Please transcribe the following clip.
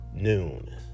noon